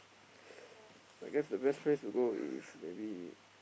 I guess the best to go is maybe